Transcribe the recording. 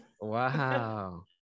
wow